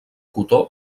cotó